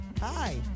Hi